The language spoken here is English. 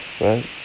right